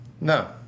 No